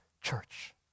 church